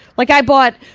like i bought,